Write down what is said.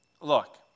look